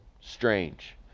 strange